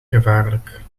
gevaarlijk